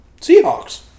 Seahawks